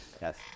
Yes